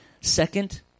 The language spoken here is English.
Second